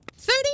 Thirty